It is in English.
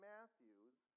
Matthew's